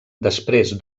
després